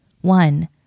One